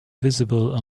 visible